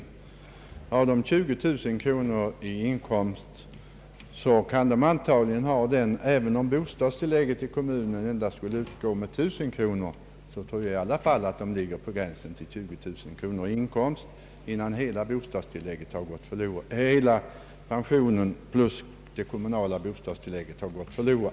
De kan antagligen ha 20 000 kronor i inkomst, även om bostadstillägget i kommunen skulle utgå med endast 1000 kronor. Jag tror i alla fall att de ligger på gränsen till 20000 kronor i inkomst, innan hela pensionen plus det kommunala bostadstillägget har gått förlorat.